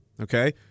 okay